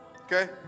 okay